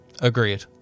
agreed